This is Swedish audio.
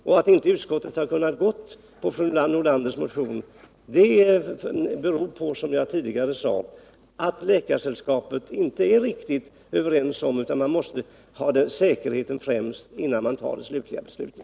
Men att inte utskottet har kunnat gå på fru Nordlanders motion beror på att Läkaresällskapets yttrande inte är riktigt entydigt och att man bör sätta säkerheten främst, innan man tar det slutliga beslutet.